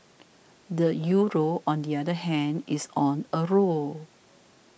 the Euro on the other hand is on a roll